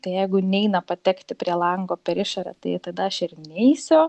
tai jeigu neina patekti prie lango per išorę tai tada aš ir neisiu